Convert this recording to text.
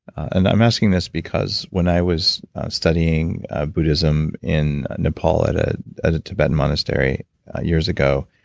and i'm asking this because, when i was studying buddhism in nepal at ah at a tibetan monastery years ago,